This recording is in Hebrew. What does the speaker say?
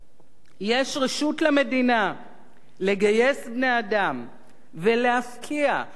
"יש רשות למדינה לגייס בני-אדם ולהפקיע חומרים